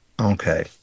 Okay